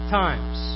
times